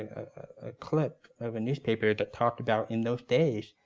a clip of a newspaper, that talked about, in those days,